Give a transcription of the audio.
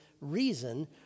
reason